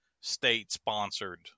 state-sponsored